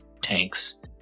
tanks